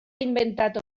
inventat